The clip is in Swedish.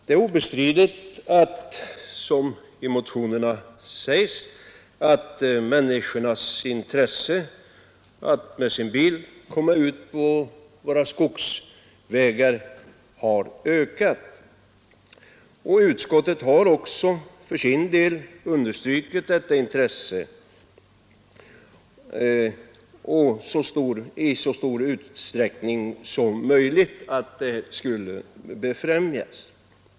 Som framhålles i motionerna är det obestridligt att människors intresse för att med sina bilar komma ut på våra skogsbilvägar har ökat, och utskottet har för sin del understrukit att detta intresse i så stor utsträckning som möjligt bör tillgodoses.